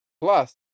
Plus